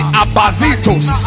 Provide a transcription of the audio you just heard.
abazitos